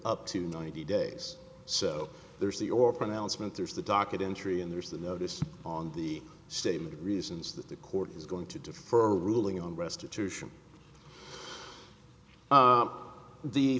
up to ninety days so there's the or pronouncement there's the docket entry and there's the notice on the stated reasons that the court is going to defer a ruling on restitution